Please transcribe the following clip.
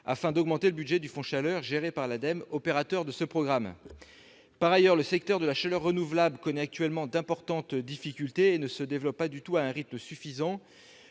afin d'augmenter le budget du Fonds chaleur, géré par l'ADEME, opérateur de ce programme. Par ailleurs, le secteur de la chaleur renouvelable connaît actuellement d'importantes difficultés, et ne se développe pas du tout à un rythme suffisant